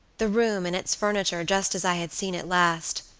the room and its furniture just as i had seen it last,